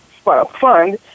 Fund